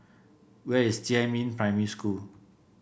where is Jiemin Primary School